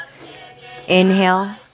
Inhale